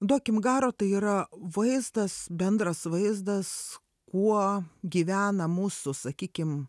duokim garo tai yra vaizdas bendras vaizdas kuo gyvena mūsų sakykim